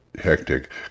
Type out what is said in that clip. Hectic